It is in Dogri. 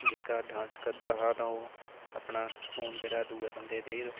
जेह्का डांस करदा हा अपना फोन दूऐ बंदे गी देई ओड़दा हा